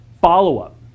Follow-up